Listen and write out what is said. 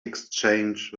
exchange